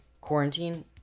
Quarantine